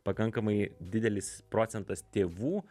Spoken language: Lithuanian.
pakankamai didelis procentas tėvų